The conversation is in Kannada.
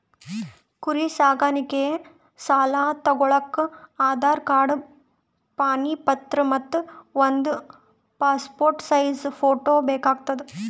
ಕುರಿ ಸಾಕಾಣಿಕೆ ಸಾಲಾ ತಗೋಳಕ್ಕ ಆಧಾರ್ ಕಾರ್ಡ್ ಪಾಣಿ ಪತ್ರ ಮತ್ತ್ ಒಂದ್ ಪಾಸ್ಪೋರ್ಟ್ ಸೈಜ್ ಫೋಟೋ ಬೇಕಾತವ್